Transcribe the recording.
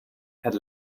had